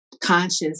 conscious